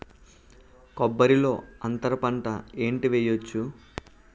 కొబ్బరి లో అంతరపంట ఏంటి వెయ్యొచ్చు?